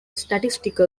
statistical